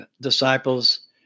disciples